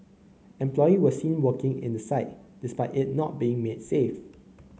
employees were seen working in the site despite it not being made safe